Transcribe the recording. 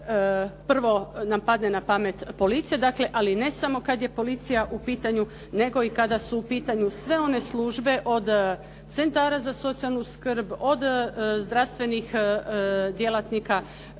prvo nam padne na pamet policija, dakle, ali ne samo kada je policija u pitanju, nego i kada su u pitanju sve one službe od centara za socijalnu skrb, od zdravstvenih djelatnika,